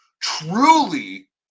Truly